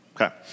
Okay